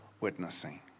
Witnessing